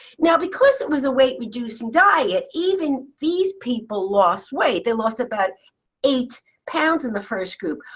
now because it was a weight reducing diet, even these people lost weight. they lost about eight pounds in the first group.